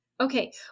Okay